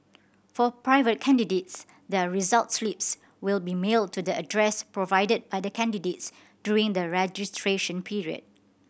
for private candidates their result slips will be mailed to the address provided by the candidates during the registration period